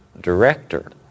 director